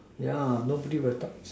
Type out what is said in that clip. yeah nobody would have thought